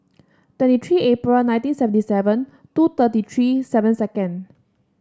twenty three April nineteen seventy seven two thirty three seven second